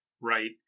right